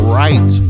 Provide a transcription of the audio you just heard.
right